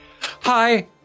Hi